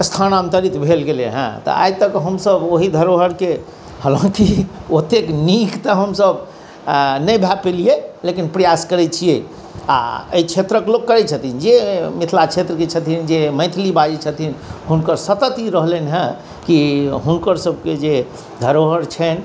स्थान्तरित भेल गेलैए हँ आइ तक हमसब ओहि धरोहरिके हालाँकि ओतेक नीक तऽ हमसब अँ नहि भऽ पेलिए लेकिन प्रयास करै छिए आओर एहि क्षेत्रके लोक करै छथिन जे मिथिलाक्षेत्रके छथिन जे मैथिली बाजै छथिन हुनकर सतत ई रहलनि हँ कि हुनकरसबके जे धरोहरि छनि